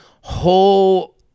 whole